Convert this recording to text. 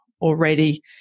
already